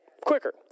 quicker